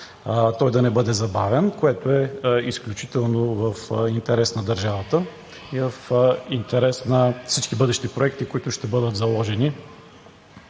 че да не бъде забавен, което е изключително в интерес на държавата и в интерес на всички бъдещи проекти, които ще бъдат заложени